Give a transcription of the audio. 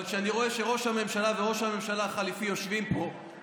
אבל כשאני רואה שראש הממשלה וראש הממשלה החליפי יושבים פה,